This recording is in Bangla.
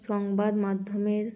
সংবাদ মাধ্যমের